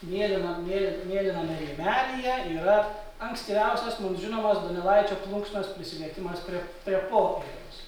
mėlynam mėl mėlyname rėmelyje yra ankstyviausias mums žinomas donelaičio plunksnos prisilietimas prie prie popieriaus